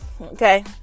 Okay